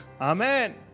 amen